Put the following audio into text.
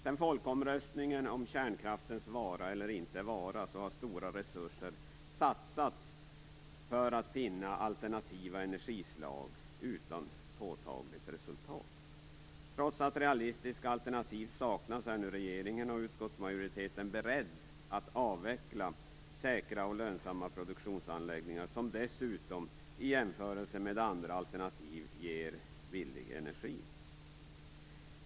Sedan folkomröstningen om kärnkraftens vara eller inte vara har stora resurser satsats för att finna alternativa energislag, utan påtagligt resultat. Trots att realistiska alternativ saknas är regeringen och utskottsmajoriteten beredda att avveckla säkra och lönsamma produktionsanläggningar som dessutom i jämförelse med andra alternativ ger billig energi.